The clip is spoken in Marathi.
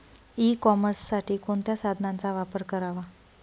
ई कॉमर्ससाठी कोणत्या साधनांचा वापर करावा?